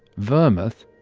vermouth,